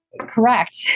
correct